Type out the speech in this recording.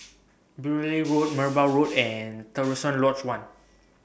Beaulieu Road Merbau Road and Terusan Lodge one